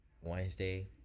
Wednesday